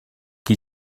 qui